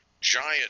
giant